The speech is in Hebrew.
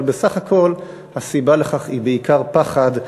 אבל בסך הכול הסיבה לכך היא בעיקר פחד,